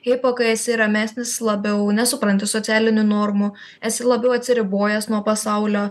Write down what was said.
hipo kai esi ramesnis labiau nesupranti socialinių normų esi labiau atsiribojęs nuo pasaulio